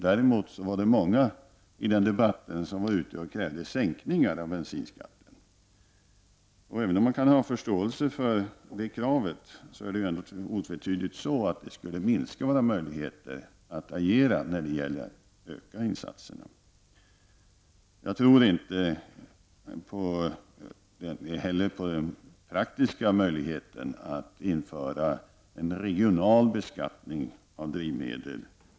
Däremot var det många i debatten som krävde sänkningar av bensinskatten. Även om man kan ha förståelse för det kravet, är det otvetydigt så att det skulle minska våra möjligheter att agera till förmån för kollektivtrafiken. Jag tror inte heller på den praktiska möjligheten att införa en regional beskattning av drivmedel.